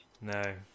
No